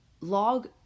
Log